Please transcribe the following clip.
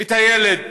את הילד,